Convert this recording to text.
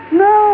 no